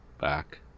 back